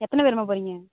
எத்தனை பேருமா போகிறீங்க